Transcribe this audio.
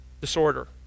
Disorder